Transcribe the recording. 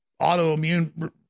autoimmune